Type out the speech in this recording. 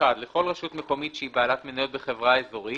(1)לכל רשות מקומית שהיא בעלת מניות בחברה האזורית